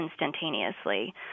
instantaneously